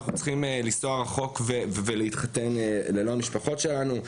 אנחנו צריכים לנסוע רחוק ולהתחתן ללא המשפחות שלנו.